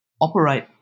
operate